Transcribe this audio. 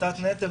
בהפחתת נטל,